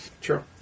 true